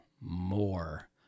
more